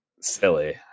silly